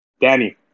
Danny